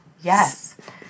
Yes